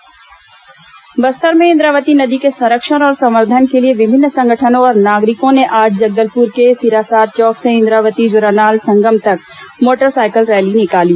इंद्रावती संरक्षण रैली बस्तर में इंद्रावती नदी के संरक्षण और संवर्धन के लिए विभिन्न संगठनों और नागरिकों ने आज जगलदपुर के सीरासार चौक से इंद्रावती जोरानाल संगम तक मोटर सायकिल रैली निकाली